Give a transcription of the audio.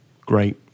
Great